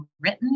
written